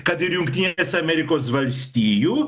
kad ir jungtinės amerikos valstijų